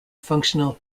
functional